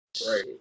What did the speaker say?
Right